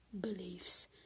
beliefs